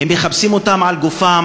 מחפשים על גופם,